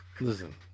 Listen